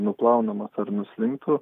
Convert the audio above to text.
nuplaunamas ar nuslinktų